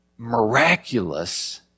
miraculous